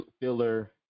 filler